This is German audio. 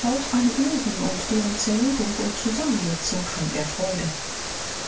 auch an uhren und deren zerlegung und zusammensetzung fand er freude